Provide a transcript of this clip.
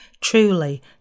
Truly